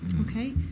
Okay